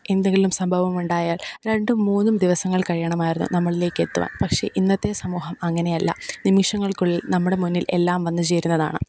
എന്തെങ്കിലും സംഭവമുണ്ടായാൽ രണ്ടും മൂന്നും ദിവസങ്ങൾ കഴിയണമായിരുന്നു നമ്മളിലേക്കെത്തുവാൻ പക്ഷേ ഇന്നത്തെ സമൂഹം അങ്ങനെയല്ല നിമിഷങ്ങൾക്കുള്ളിൽ നമ്മുടെ മുന്നിൽ എല്ലാം വന്ന് ചേരുന്നതാണ്